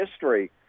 history